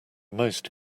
most